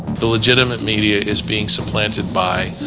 the legitimate media is being supplanted by,